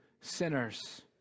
sinners